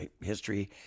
history